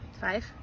five